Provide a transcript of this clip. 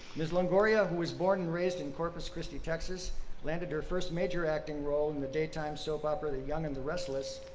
ms. longoria who was born and raised in corpus christi, texas landed her first major acting role in the daytime soap opera the young and the restless,